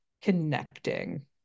connecting